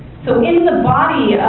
so, in the body